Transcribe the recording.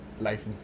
life